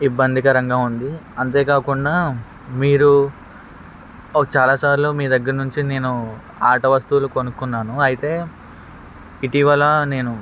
ఇబ్బందికరంగా ఉంది అంతేకాకుండా మీరు ఒ చాలాసార్లు మీ దగ్గర నుంచి నేను ఆట వస్తువులు కొనుక్కున్నాను అయితే ఇటీవల నేను